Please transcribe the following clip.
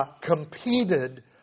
competed